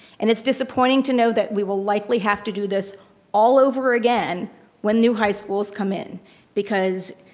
and it's disappointing to know that we will likely have to do this all over again when new high schools come in because